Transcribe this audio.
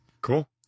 Cool